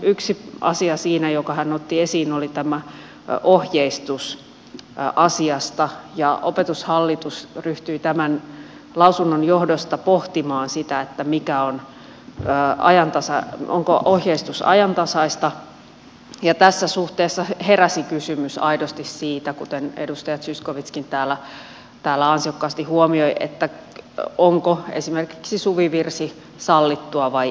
yksi asia siinä jonka hän otti esiin oli tämä ohjeistus asiasta ja opetushallitus ryhtyi tämän lausunnon johdosta pohtimaan sitä että mikä on ja ajantasa onko ohjeistus ajantasaista ja tässä suhteessa heräsi kysymys aidosti siitä kuten edustaja zyskowiczkin täällä ansiokkaasti huomioi onko esimerkiksi suvivirsi sallittu vai ei